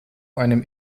einem